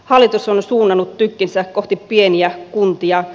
hallitus on suunnannut tykkinsä kohti pieniä kuntia